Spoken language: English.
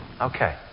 Okay